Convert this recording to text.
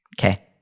Okay